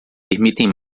permitem